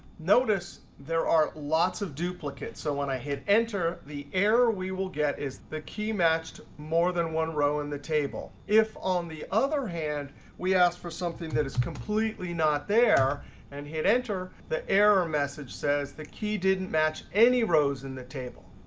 notice there are lots of duplicates. so when i hit enter, the error we will get is the key matched more than one row in the table. if on the other hand we ask for something that is completely not there and hit enter, the error message says the key didn't match any rows in the table.